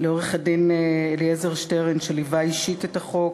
ולעורך-הדין אלעזר שטרן שליווה אישית את החוק,